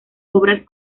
obras